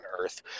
earth